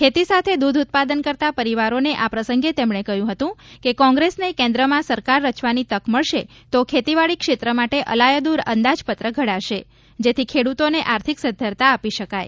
ખેતી સાથે દૂધ ઉત્પાદન કરતા પરિવારોને આ પ્રસંગે તેમણે કહ્યું હતું કે કોંગ્રેસને કેન્દ્રમાં સરકાર રચવાની તક મળશે તો ખેતીવાડી ક્ષેત્ર માટે અલાયદું અંદાજપત્ર ઘડાશે જેથી ખેડૂતોને આર્થિક સદ્ધરતા આપી શકાય